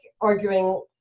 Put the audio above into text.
arguing